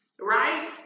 Right